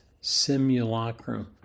simulacrum